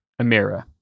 Amira